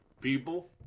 people